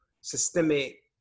systemic